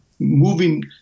Moving